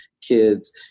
kids